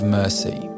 mercy